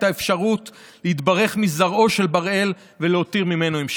האפשרות להתברך מזרעו של בראל ולהותיר ממנו המשכיות.